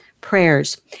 Prayers